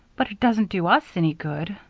but it doesn't do us any good,